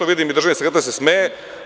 Vidim da se i državni sekretar smeje.